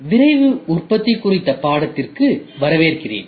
விரைவு உற்பத்தி குறித்த பாடத்திற்கு வரவேற்கிறேன்